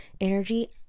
energy